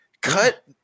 Cut